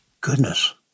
Goodness